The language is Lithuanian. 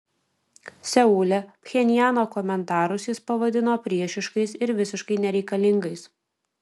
seule pchenjano komentarus jis pavadino priešiškais ir visiškai nereikalingais